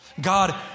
God